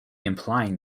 implying